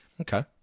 Okay